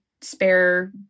spare